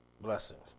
blessings